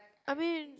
I mean